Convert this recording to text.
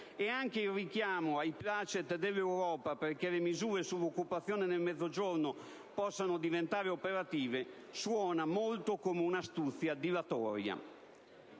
e anche il richiamo ai*placet* dell'Europa perché le misure sull'occupazione nel Mezzogiorno possano diventare operative suona molto come un'astuzia dilatoria.